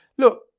look,